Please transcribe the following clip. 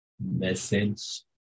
message